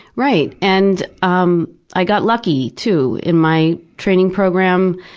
right, and um i got lucky, too, in my training program.